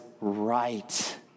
right